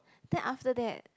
then after that